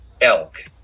elk